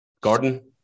Gordon